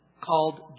called